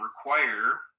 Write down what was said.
require